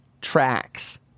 tracks